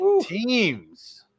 teams